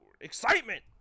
excitement